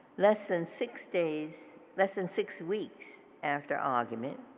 less than six days less than six weeks after arguments.